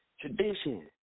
tradition